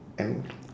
and